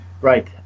Right